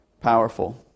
powerful